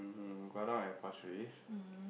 uh got out at Pasir-Ris